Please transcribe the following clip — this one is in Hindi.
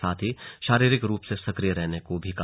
साथ ही शारीरिक रूप से सक्रिय रहने को कहा